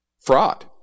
fraud